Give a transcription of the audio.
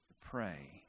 pray